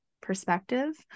perspective